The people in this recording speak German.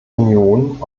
union